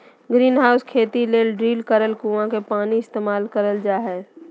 greenhouse खेती ले drill करल कुआँ के पानी के इस्तेमाल करल जा हय